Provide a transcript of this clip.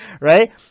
right